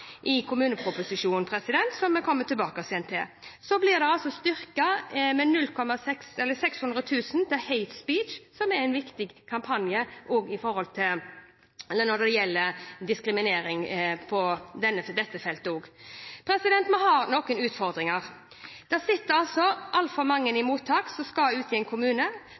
i kommuneproposisjonen, som vi kommer tilbake til. No Hate Speech blir styrket med 600 000 kr, som er en viktig kampanje når det gjelder diskriminering også på dette feltet. Vi har noen utfordringer. Det sitter altfor mange i mottak som skal ut i en kommune.